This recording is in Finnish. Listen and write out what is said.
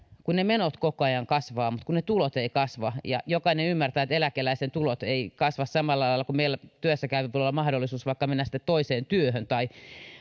kun ne menot koko ajan kasvaa mutta kun ne tulot ei kasva jokainen ymmärtää että eläkeläisen tulot eivät kasva samalla lailla kuin meillä työssäkäyvillä joilla voi olla mahdollisuus vaikka mennä toiseen työhön tai